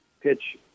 pitch